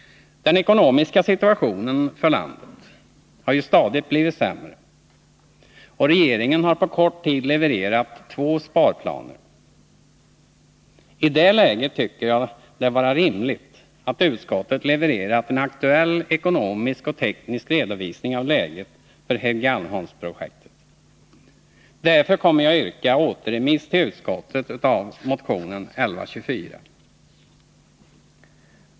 Den ekonomiska situationen för landet har ju stadigt blivit sämre, och regeringen har på kort tid levererat två sparplaner. I det läget tycker jag att det vore rimligt att utskottet levererade en aktuell ekonomisk och teknisk redovisning av läget för Helgeandsholmsprojektet. Därför kommer jag att yrka återremiss till utskottet av motionen 1124.